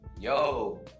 Yo